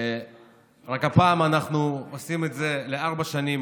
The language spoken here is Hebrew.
רק הפעם אנחנו עושים את זה לארבע שנים.